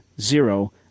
zero